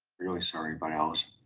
really sorry about alison.